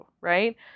right